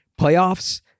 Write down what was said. Playoffs